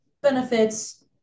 benefits